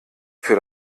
für